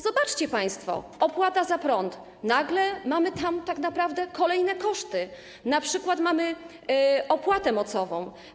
Zobaczcie państwo, opłata za prąd - nagle mamy tam tak naprawdę kolejne koszty, np. opłatę mocową.